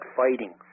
fighting